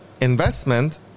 investment